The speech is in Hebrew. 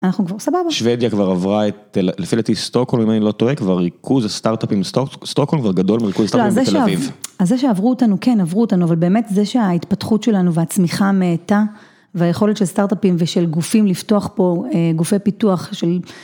אנחנו כבר סבבה. שוודיה כבר עברה את לפי דעתי סטוקהולם, אם אני לא טועה, כבר ריכוז הסטארט-אפים סטוקהולם גדול מריכוז הסטארט-אפים בתל אביב. אז זה שעברו אותנו, כן עברו אותנו, אבל באמת זה שההתפתחות שלנו והצמיחה המאטה, והיכולת של סטארט-אפים ושל גופים לפתוח פה גופי פיתוח.